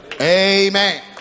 Amen